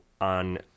on